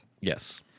Yes